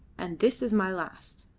and this is my last.